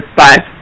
bye